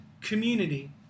community